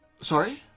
Sorry